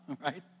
right